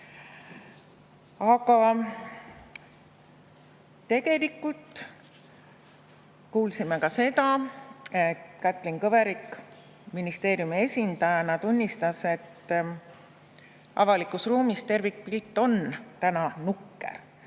Aga tegelikult kuulsime ka seda, Kätlin Kõverik ministeeriumi esindajana tunnistas, et avalikus ruumis tervikpilt on täna nukker